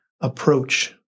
approach